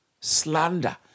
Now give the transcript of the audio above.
slander